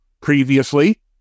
Previously